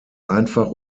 einfach